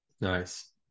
Nice